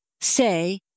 say